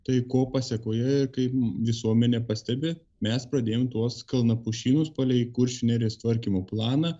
tai ko pasekoje kaip visuomenė pastebi mes pradėjom tuos kalnapušynus palei kuršių nerijos tvarkymo planą